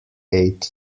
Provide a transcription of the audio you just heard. eight